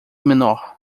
menor